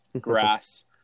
grass